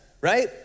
right